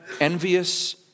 envious